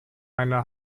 eine